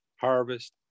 harvest